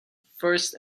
first